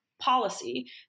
policy